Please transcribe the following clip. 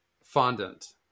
fondant